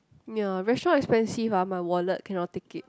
ya restaurant expensive ah my wallet cannot take it